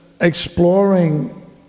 Exploring